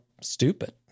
stupid